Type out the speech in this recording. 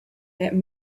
that